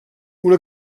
una